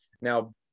now